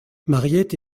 mariette